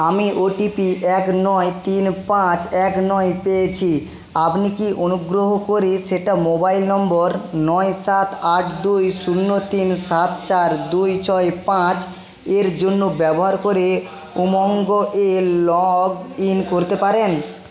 আমি ওটিপি এক নয় তিন পাঁচ এক নয় পেয়েছি আপনি কি অনুগ্রহ করে সেটা মোবাইল নম্বর নয় সাত আট দুই শূন্য তিন সাত চার দুই ছয় পাঁচ এর জন্য ব্যবহার করে উমঙ্গ এ লগ ইন করতে পারেন